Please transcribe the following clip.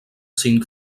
cinc